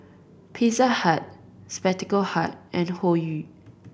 Pizza Hut Spectacle Hut and Hoyu